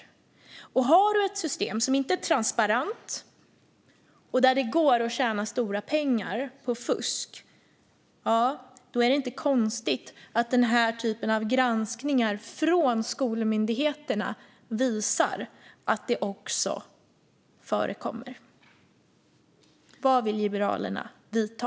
Har man ett system som inte är transparent och där det går att tjäna stora pengar på fusk är det inte konstigt att denna typ av granskningar från skolmyndigheterna visar att det också förekommer. Vilka åtgärder vill Liberalerna vidta?